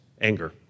anger